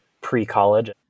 pre-college